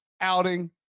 outing